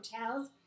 hotels